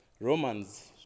Romans